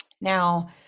Now